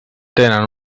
tenen